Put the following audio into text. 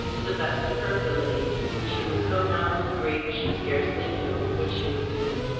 to the best of her ability when she was so numbed with grief she scarcely knew what she was doing.